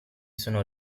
sono